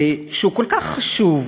שהוא כל כך חשוב